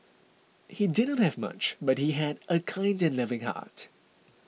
he did not have much but he had a kind and loving heart